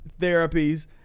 therapies